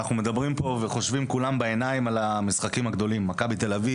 אנחנו מדברים פה וחושבים כולם בעיניים על המשחקים הגדולים מכבי ת"א,